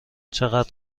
چقدر